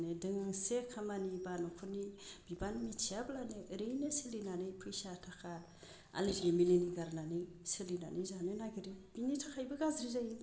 माने दोंसे खामानि बा न'खरनि बिबान मिथियाब्लानो ओरैनो सोलिनानै फैसा थाखा गारनानै सोलिनानै जानो नागिरो बिनि थाखायबो गाज्रि जायो